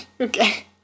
okay